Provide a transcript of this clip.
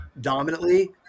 dominantly